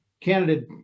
Candidate